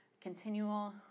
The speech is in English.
continual